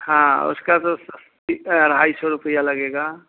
हाँ उसका तो ढाई सौ रुपया लगेगा